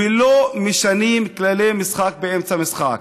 ולא משנים כללי משחק באמצע משחק.